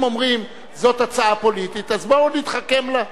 אם אומרים, זאת הצעה פוליטית, אז בואו נתחכם לה.